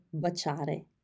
baciare